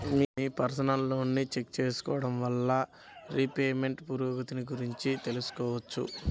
మీ personal లోన్ని check చేసుకోడం వల్ల రీపేమెంట్ పురోగతిని గురించి తెలుసుకోవచ్చు